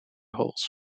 holes